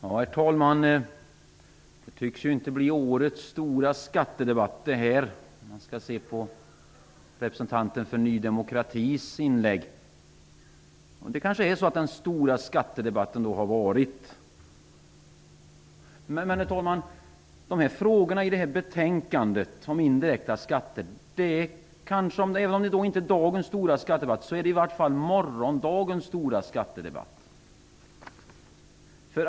Herr talman! Det här tycks inte bli årets stora skattedebatt, om man skall döma efter Ny demokratis representants inlägg. Det kanske är så att den stora skattedebatten har varit. Herr talman! Men även om frågorna i betänkandet om indirekta skatter inte är dagens stora skattedebatt, så blir de i alla fall morgondagens stora skattedebatt.